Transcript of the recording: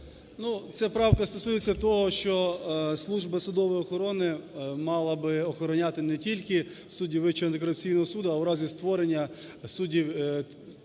Ця правка стосується того, що служба судової охорони мала би охороняти не тільки суддів Вищого антикорупційного суду, а в разі створення судів…